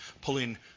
pulling